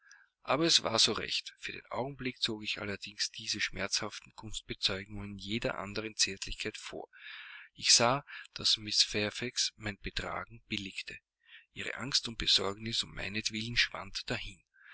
aber es war so recht für den augenblick zog ich allerdings diese schmerzhaften gunstbezeugungen jeder anderen zärtlichkeit vor ich sah daß mrs fairfax mein betragen billigte ihre angst und besorgnis um meinetwillen schwand dahin